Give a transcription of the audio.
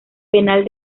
penal